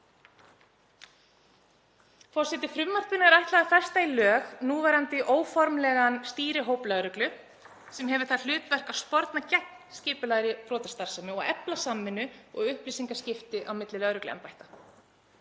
Forseti. Frumvarpinu er ætlað að festa í lög núverandi óformlegan stýrihóp lögreglu sem hefur það hlutverk að sporna gegn skipulagðri brotastarfsemi og efla samvinnu og upplýsingaskipti á milli lögregluembætta.